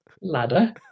ladder